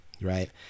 right